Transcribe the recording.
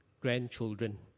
grandchildren